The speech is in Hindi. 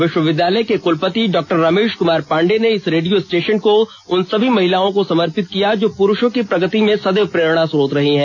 विश्वविद्यालय के कुलपति डॉक्टर रमेश कुमार पांडेय ने इस रेडियो स्टेशन को उन सभी महिलाओं को समर्पित किया है जो पुरुषों की प्रगति में सदैव प्रेरणा रही हैं